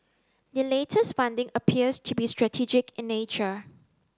the latest funding appears to be strategic in nature